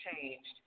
changed